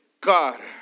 God